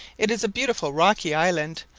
it is a beautiful rocky island,